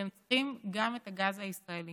והם צריכים גם את הגז הישראלי.